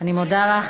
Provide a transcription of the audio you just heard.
אני מודה לך.